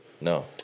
No